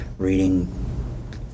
reading